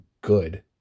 good